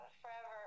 forever